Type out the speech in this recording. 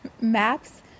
maps